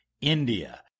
India